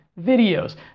videos